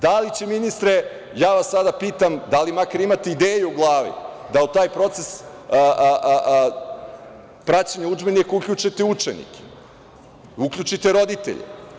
Da li će, ministre, ja vas sada pitam, da li makar imate ideju u glavi, da u taj proces praćenja udžbenika uključite učenike, roditelje?